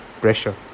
pressure